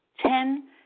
Ten